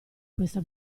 questa